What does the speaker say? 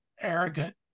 arrogant